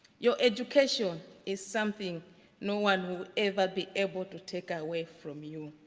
your education is something no one would ever be able to take away from you.